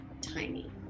tiny